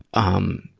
um,